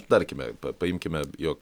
tarkime pa paimkime jo